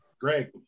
Greg